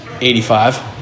85